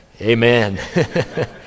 amen